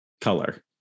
color